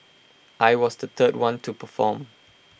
I was the third one to perform